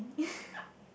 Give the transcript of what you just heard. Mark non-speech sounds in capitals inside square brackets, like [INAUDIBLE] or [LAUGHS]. annoying [LAUGHS]